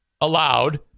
allowed